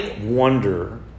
wonder